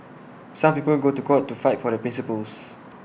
some people go to court to fight for their principles